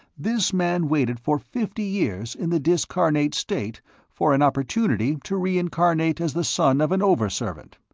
this man waited for fifty years in the discarnate state for an opportunity to reincarnate as the son of an over-servant.